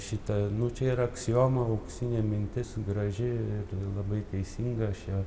šita nu čia yra aksiomą auksinė mintis graži labai teisinga aš jau